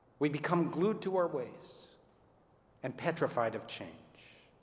we become glued to our ways and petrified of change.